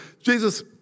Jesus